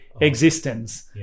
existence